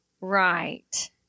Right